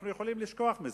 אנחנו יכולים לשכוח מזה.